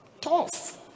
tough